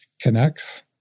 connects